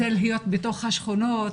זה להיות בתוך השכונות,